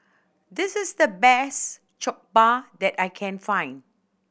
this is the best Jokbal that I can find